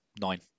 Nine